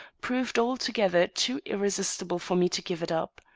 proved altogether too irresistible for me to give it up.